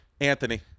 anthony